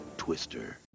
twister